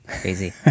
crazy